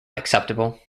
acceptable